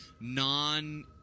non